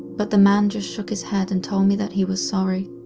but the man just shook his head and told me that he was sorry.